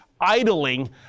idling